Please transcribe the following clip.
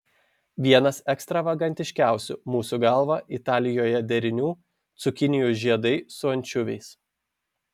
vienas ekstravagantiškiausių mūsų galva italijoje derinių cukinijų žiedai su ančiuviais